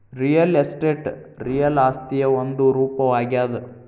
real estate real ಆಸ್ತಿಯ ಒಂದು ರೂಪವಾಗ್ಯಾದ